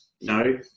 no